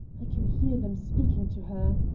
i can hear them speaking to her.